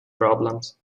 problems